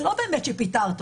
זה לא באמת שפיטרת אותי,